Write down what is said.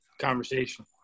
conversation